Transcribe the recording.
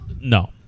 No